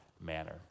manner